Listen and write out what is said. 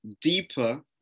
deeper